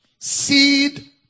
Seed